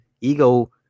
ego